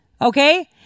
Okay